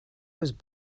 was